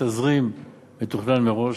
בתזרים מתוכנן מראש.